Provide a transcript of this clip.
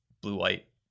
blue-white